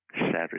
Saturday